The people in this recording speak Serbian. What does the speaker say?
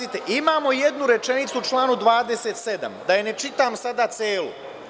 Imamo jednu rečenicu u članu 27. da je ne čitam sada celu.